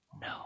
no